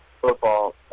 football